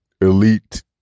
elite